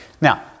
Now